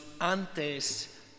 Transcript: antes